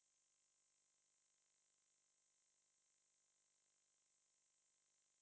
!wah! cannot cannot mutton I cannot wait so you can eat mutton but you can eat beef oh my gosh